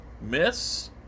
Miss